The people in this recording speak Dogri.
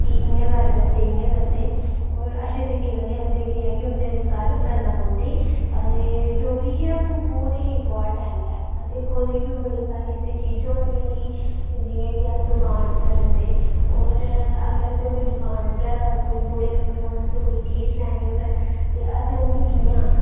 कि इयां गल् करदे इयां करदे अच्चे तरीके कन्नै असैं केह् ऐ कि उंदे कन्नै गल्ल करना पौंदी ते डोगरी बड़ी इंपाैर्टैंट ऐ असें कुदै बा बड़ियां सारियां ऐसियां चीजां होंदियां कि जियां कि अस दुकान उप्पर जंदे और दुकान उप्परा दा अगर कोई बूढे अंकल होन असैं कोई समान लैना होऐ ते असैं उनेगी कियां आक्खना